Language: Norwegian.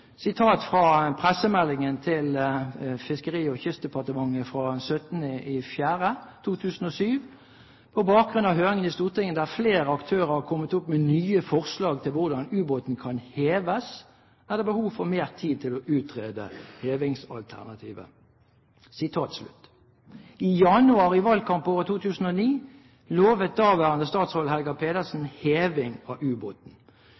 Sitat fra pressemeldingen til Fiskeri- og kystdepartementet den 17. april 2007: «På bakgrunn av høringer i Stortinget der flere aktører har kommet opp med nye forslag til hvordan ubåten kan heves, er det behov for mer tid til å utrede hevingsalternativet». I januar, i valgkampåret 2009, lovet daværende statsråd Helga Pedersen heving av